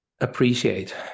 appreciate